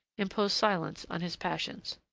imposed silence on his passions.